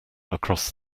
across